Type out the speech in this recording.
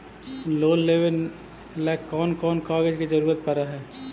Loan लेबे ल कैन कौन कागज के जरुरत पड़ है?